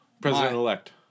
President-elect